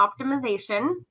optimization